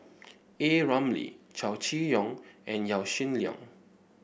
A Ramli Chow Chee Yong and Yaw Shin Leong